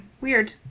Weird